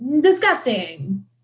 Disgusting